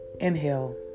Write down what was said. inhale